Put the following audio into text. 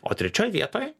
o trečioj vietoj